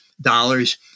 dollars